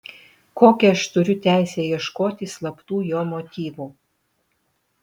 kokią aš turiu teisę ieškoti slaptų jo motyvų